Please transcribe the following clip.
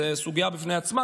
זו סוגיה בפני עצמה,